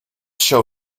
show